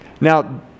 Now